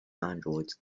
androids